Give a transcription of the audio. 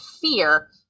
fear